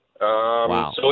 Wow